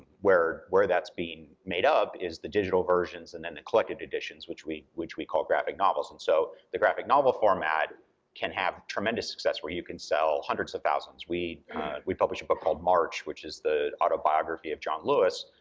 where where that's being made up is the digital versions and then the collected editions, which we which we call graphic novels. and so, the graphic novel format can have tremendous success where you can sell hundreds of thousands. we we publish a book called march, which is the autobiography of john lewis